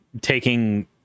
taking